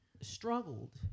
struggled